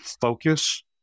focus